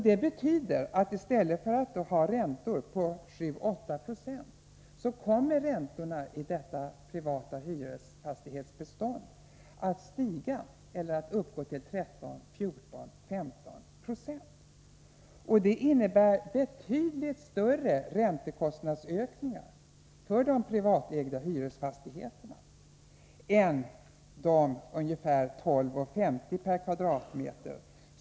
Detta betyder att vi när det gäller det privata hyresfastighetsbeståndet i stället för räntor på 7-8 96 får räntor på 13, 14 eller 15 96. Det skulle innebära betydligt större räntekostnadsökningar för de privatägda hyresfastigheterna än de ungefär 12:50 kr./ m?